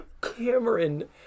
Cameron